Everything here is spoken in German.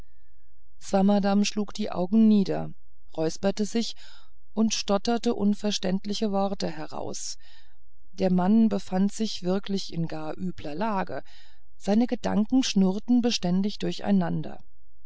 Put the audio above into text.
swammerdamm schlug die augen nieder räusperte sich und stotterte unverständliche worte heraus der mann befand sich wirklich in gar übler lage seine gedanken schnurrten beständig durcheinander